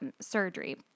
surgery